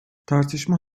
tartışma